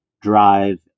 drive